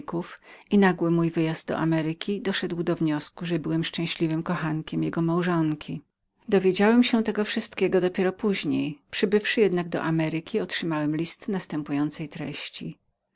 i nagły mój wyjazd do ameryki wniósł że musiałem być szczęśliwym kochankiem jego małżonki mocno przeraziłem się słysząc o tem co zaszło przybywszy jodnakjednak do ameryki otrzymałem list następującej treści